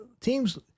teams